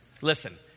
Listen